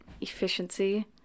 efficiency